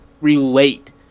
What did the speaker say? relate